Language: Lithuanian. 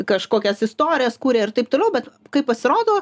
kažkokias istorijas kuria ir taip toliau bet kaip pasirodo